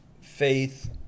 faith